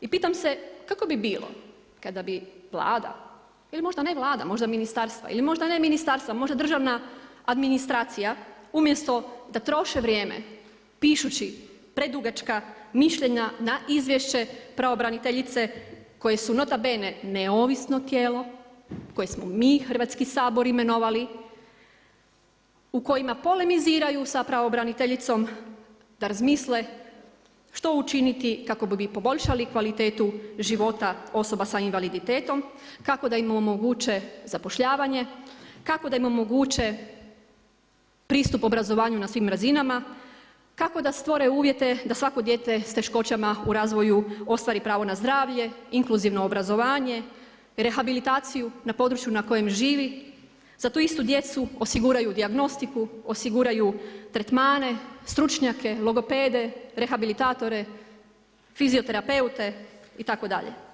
I pitam se kako bi bilo kada bi Vlada ili možda ne Vlada, možda ministarstva, ili možda ne ministarstva, možda državna administracija umjesto da troše vrijeme pišući predugačka mišljenja na izvješće pravobraniteljice koje su nota bene neovisno tijelo koje smo mi Hrvatski sabor imenovali, u kojima polemiziraju sa pravobraniteljicom da razmisle što učiniti kako bi poboljšali kvalitetu života osoba sa invaliditetom, kako da im omoguće zapošljavanje, kako da im omoguće pristup obrazovanju na svim razinama, kako da stvore uvjete da svako dijete s teškoćama u razvoju ostvari pravo na zdravlje, inkluzivno obrazovanje, rehabilitaciju na području na kojem živi, za tu istu djecu osiguraju dijagnostiku, osiguraju tretmane, stručnjake, logopede, rehabilitatore, fizioterapeute itd.